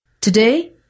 Today